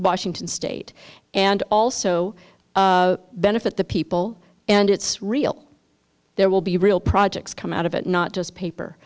washington state and also benefit the people and it's real there will be real projects come out of it not just paper